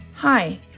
Hi